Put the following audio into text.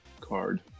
card